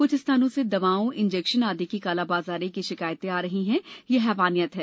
कुछ स्थानों से दवाओं इंजेक्शन आदि की कालाबाजारी की शिकायतें आ रही हैं यह हैवानियत है